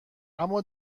اما